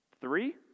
three